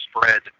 spread